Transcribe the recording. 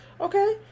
okay